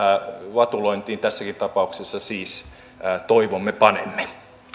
vatulointiin tässäkin tapauksessa siis toivomme panemme